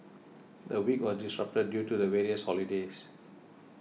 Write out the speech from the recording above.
the week was disrupted due to the various holidays